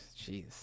jeez